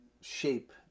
shape